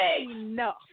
enough